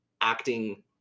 acting